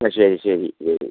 അ ശരി ശരി ശരി